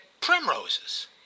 primroses